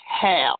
hell